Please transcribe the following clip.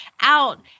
out